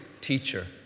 teacher